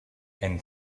and